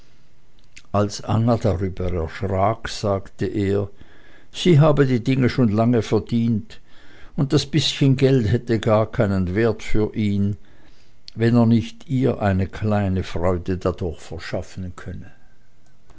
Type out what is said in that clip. als anna darüber erschrak sagte er sie habe die dinge schon lange verdient und das bißchen geld hätte gar keinen wert für ihn wenn er nicht ihr eine kleine freude dadurch verschaffen könnte